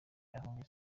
yahombye